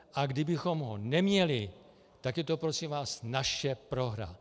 A kdybychom ho neměli, tak je to prosím vás naše prohra.